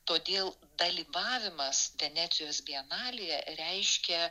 todėl dalyvavimas venecijos bienalėje reiškia